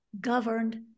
governed